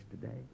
today